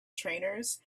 trainers